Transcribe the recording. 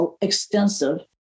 extensive